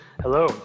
Hello